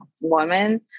woman